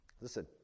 Listen